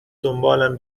دنبالم